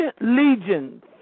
legions